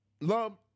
Love